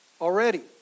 already